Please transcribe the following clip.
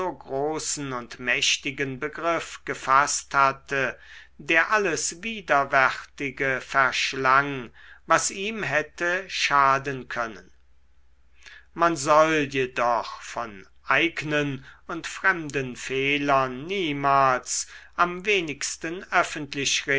großen und mächtigen begriff gefaßt hatte der alles widerwärtige verschlang was ihm hätte schaden können man soll jedoch von eignen und fremden fehlern niemals am wenigsten öffentlich